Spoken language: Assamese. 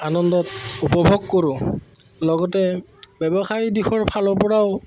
আনন্দত উপভোগ কৰোঁ লগতে ব্যৱসায়ী দিশৰ ফালৰ পৰাও